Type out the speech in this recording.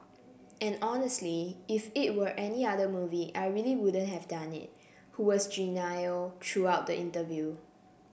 and honestly if it were any other movie I really wouldn't have done it who was genial throughout the interview